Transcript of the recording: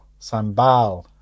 Sambal